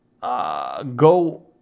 go